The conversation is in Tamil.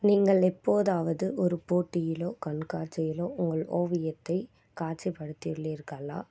நீங்கள் எப்போதாவது ஒரு போட்டியிலோ கண்காட்சியிலோ உங்கள் ஓவியத்தை காட்சிபடுத்துதியுள்ளீர்களா